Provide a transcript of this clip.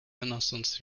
innocence